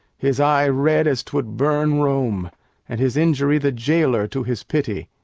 his eye red as twould burn rome and his injury the gaoler to his pity.